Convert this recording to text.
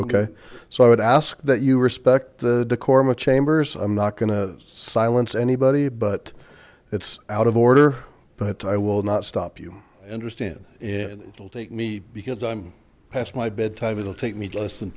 ok so i would ask that you respect the korma chambers i'm not going to silence anybody but it's out of order but i will not stop you understand in it'll take me because i'm past my bedtime it will take me to less than